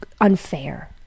unfair